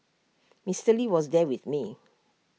Mr lee was there with me